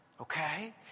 Okay